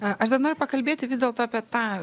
aš dar noriu pakalbėti vis dėlto apie tą